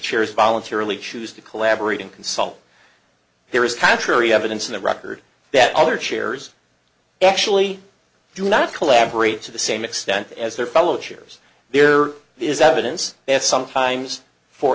chairs voluntarily choose to collaborate and consult there is contrary evidence in the record that other chairs actually do not collaborate to the same extent as their fellow chairs there is evidence that sometimes for